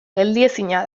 geldiezina